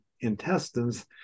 intestines